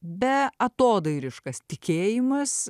beatodairiškas tikėjimas